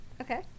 okay